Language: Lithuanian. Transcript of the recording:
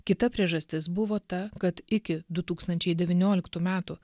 kita priežastis buvo ta kad iki du tūkstančiai devynioliktų metų